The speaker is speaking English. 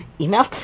email